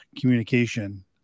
communication